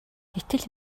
гэтэл